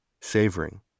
savoring